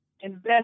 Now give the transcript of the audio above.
invest